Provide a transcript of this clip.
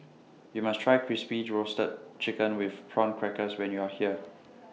YOU must Try Crispy Roasted Chicken with Prawn Crackers when YOU Are here